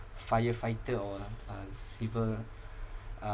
firefighter or a uh civil uh